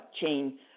chain